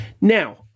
Now